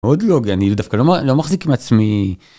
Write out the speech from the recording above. עוד לא גניב דווקא לא מחזיק מעצמי.